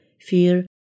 fear